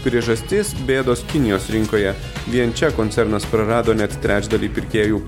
priežastis bėdos kinijos rinkoje vien čia koncernas prarado net trečdalį pirkėjų